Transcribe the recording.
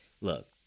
Look